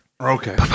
Okay